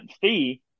fee